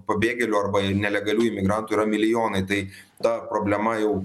pabėgėlių arba į nelegalių imigrantų yra milijonai tai ta problema jau